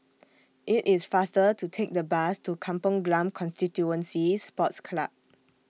IT IS faster to Take The Bus to Kampong Glam Constituency Sports Club